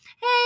hey